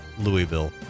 Louisville